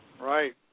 Right